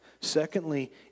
Secondly